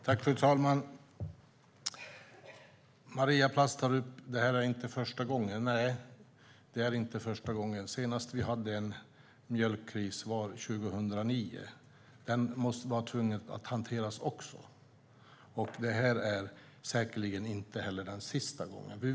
Fru talman! Maria Plass tar upp att det här inte är första gången. Nej, det är inte första gången. Senast vi hade en mjölkkris var 2009. Det var tvunget att hantera även den. Det här är säkerligen inte heller den sista gången.